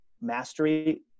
mastery